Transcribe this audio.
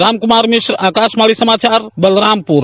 राम कुमार मिश्र आकाशवाणी समाचार बलरामपुर